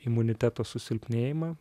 imuniteto susilpnėjimą